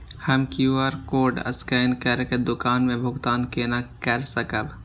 हम QR code scan करके दुकान में भुगतान केना कर सकब?